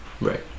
Right